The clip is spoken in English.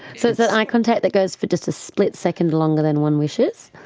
so it's that eye contact that goes for just a split second longer than one wishes?